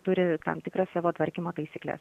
turi tam tikras savo tvarkymo taisykles